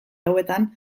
hauetan